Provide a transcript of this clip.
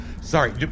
Sorry